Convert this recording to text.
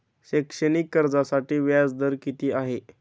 शैक्षणिक कर्जासाठी व्याज दर किती आहे?